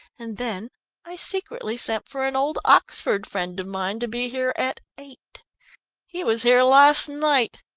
and then i secretly sent for an old oxford friend of mine to be here at eight he was here last night.